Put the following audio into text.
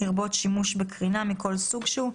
לרבות שימוש בקרינה מכל סוג שהוא.